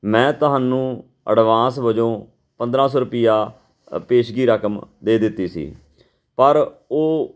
ਮੈਂ ਤੁਹਾਨੂੰ ਐਡਵਾਂਸ ਵਜੋਂ ਪੰਦਰ੍ਹਾਂ ਸੌ ਰੁਪਈਆ ਪੇਸ਼ਗੀ ਰਕਮ ਦੇ ਦਿੱਤੀ ਸੀ ਪਰ ਉਹ